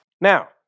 Now